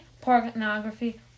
pornography